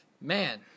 Man